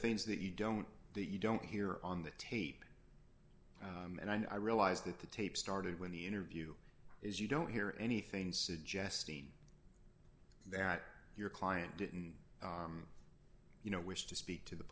things that you don't that you don't hear on the tape and i realize that the tape started when the interview is you don't hear anything suggesting that your client didn't you know wish to speak to the